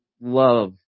love